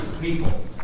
people